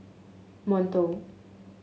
monto